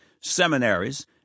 seminaries